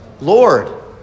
Lord